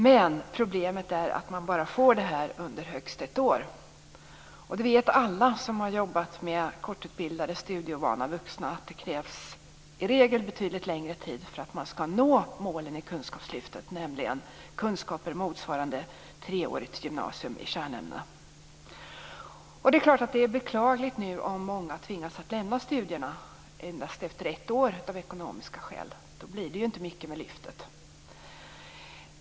Men problemet är att man får detta under högst ett år. Alla som har jobbat med kortutbildade studieovana vuxna vet att det i regel krävs betydligt längre tid att nå målen i kunskapslyftet, nämligen kunskaper motsvarande treårigt gymnasium i kärnämnena. Det är klart att det är beklagligt om många tvingas av ekonomiska skäl lämna studierna efter endast ett år. Då blir det inte mycket med lyftet.